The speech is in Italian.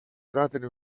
platino